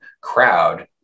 crowd